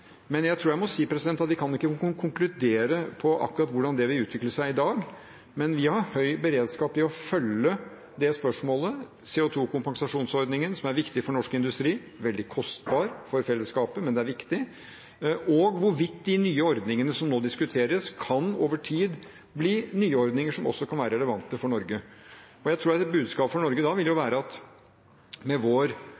Jeg tror jeg må si at vi ikke i dag kan konkludere på akkurat hvordan det vil utvikle seg – men vi har høy beredskap i å følge det er spørsmålet, CO 2 -kompensasjonsordningen, som er viktig for norsk industri, den er veldig kostbar for fellesskapet, men den er viktig – og hvorvidt de nye ordningene som nå diskuteres, over tid kan bli nyordninger som også kan være relevante for Norge. Jeg tror at et budskap for Norge da vil